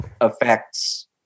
affects